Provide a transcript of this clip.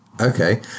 Okay